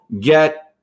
get